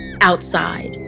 outside